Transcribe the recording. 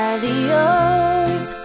Adios